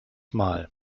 mal